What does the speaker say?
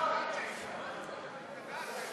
חוק התקשורת